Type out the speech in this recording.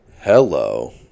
Hello